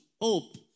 Hope